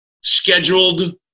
scheduled